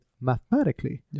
mathematically